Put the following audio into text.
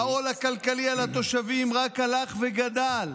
העול הכלכלי על התושבים רק הלך וגדל.